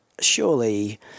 surely